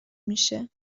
میشه